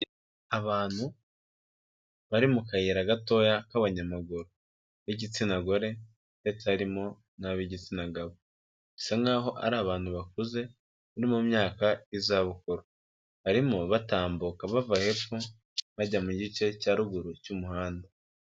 Abantu bari mu kayira gatoya k'abanyamaguru b'igitsina gore ndetse harimo n'ab'igitsina gabo, bisa nk'aho ari abantu bakuze bo mu myaka y'izabukuru, barimo batambuka bava hepfo bajya mu gice cya ruguru cy'umuhanda.